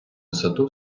висоту